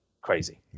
crazy